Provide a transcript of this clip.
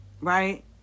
Right